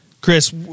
Chris